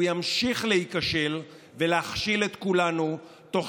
הוא ימשיך להיכשל ולהכשיל את כולנו תוך